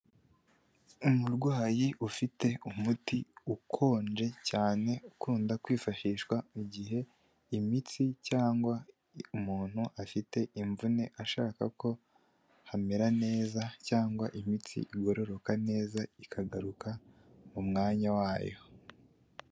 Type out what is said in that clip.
Umurwayi ufite umuti ukonje cyane ukunda kwifashishwa mu igihe imitsi cyangwa umuntu afite imvune ashaka ko hamera neza cyangwa imitsi igororoka neza ikagaruka mu mwanya wayo.